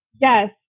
Yes